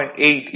80 18